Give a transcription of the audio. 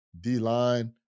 D-line